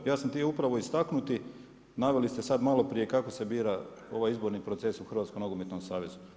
Ja sam htio upravo istaknuti naveli ste sad malo prije kako se bira ovaj izborni proces u Hrvatskom nogometnom savezu.